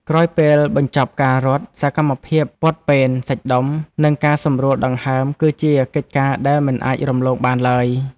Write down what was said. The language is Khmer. ក្រោយពេលបញ្ចប់ការរត់ សកម្មភាពពត់ពែនសាច់ដុំ និងការសម្រួលដង្ហើម គឺជាកិច្ចការដែលមិនអាចរំលងបានឡើយ។